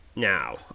Now